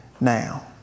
now